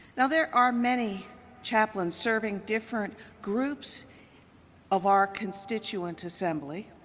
now, there are many chaplains serving different groups of our constituent assembly.